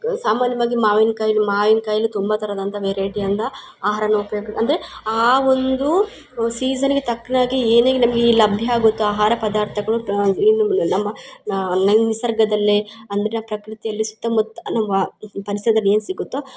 ಸಾಮಾನ್ಯವಾಗಿ ಮಾವಿನ ಕಾಯಿ ಮಾವಿನ ಕಾಯಿ ತುಂಬ ಥರದಂತ ವೆರೈಟಿ ಅಂಥ ಆಹಾರ ಉಪಯೋಗ ಅಂದರೆ ಆ ಒಂದು ಸೀಸನ್ಗೆ ತಕ್ಕನಾಗೆ ಏನೇ ನಮಗೆ ಈ ಲಭ್ಯ ಆಗುತ್ತೋ ಆಹಾರ ಪದಾರ್ಥಗಳು ಏನು ನಮ್ಮ ನಂಗೆ ನಿಸರ್ಗದಲ್ಲೇ ಅಂದರೆ ಪ್ರಕೃತಿಯಲ್ಲಿ ಸುತ್ತ ಮುತ್ತಾ ನಮ್ಮ ವ ಪರಿಸರದಲ್ಲಿ ಏನು ಸಿಗತ್ತೋ